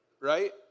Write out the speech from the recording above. right